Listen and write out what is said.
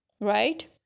right